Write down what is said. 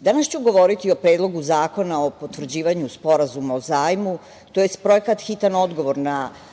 danas ću govoriti o Predlogu zakona o potvrđivanju Sporazuma o zajmu, tj. Projekat „Hitan odgovor